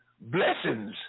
blessings